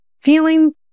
feeling